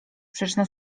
sprzeczna